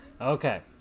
Okay